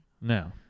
No